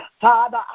Father